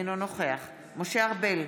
אינו נוכח משה ארבל,